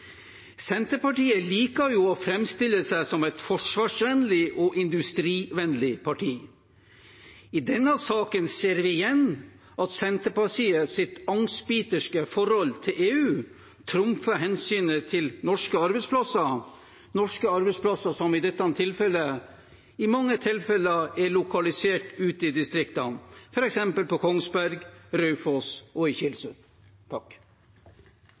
Senterpartiet liker jo å framstille seg som et forvarsvennlig og industrivennlig parti. I denne saken ser vi igjen at Senterpartiets angstbiterske forhold til EU trumfer hensynet til norske arbeidsplasser, som i dette tilfellet i mange tilfeller er lokalisert ute i distriktene, f.eks. på Kongsberg, på Raufoss og i